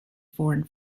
foreign